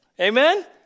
Amen